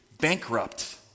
bankrupt